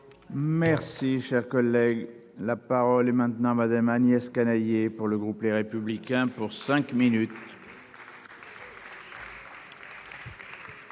Merci, cher collègue, la parole est maintenant Madame Agnès Canayer pour le groupe Les Républicains pour cinq minutes.